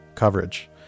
coverage